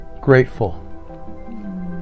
grateful